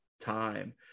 time